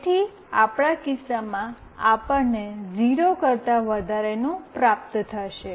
તેથી આપણા કિસ્સામાં આપણને 0 કરતા વધારેનું પ્રાપ્ત થશે